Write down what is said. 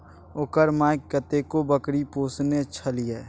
ओकर माइ कतेको बकरी पोसने छलीह